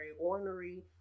ornery